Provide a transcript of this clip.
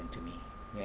to me when